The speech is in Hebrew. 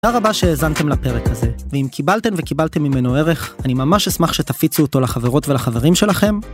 תודה רבה שהאזנתם לפרק הזה, ואם קיבלתם וקיבלתן ממנו ערך, אני ממש אשמח שתפיצו אותו לחברות ולחברים שלכם.